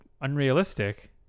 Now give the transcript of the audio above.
unrealistic